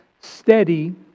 steady